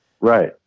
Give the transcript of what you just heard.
Right